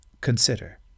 consider